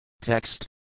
Text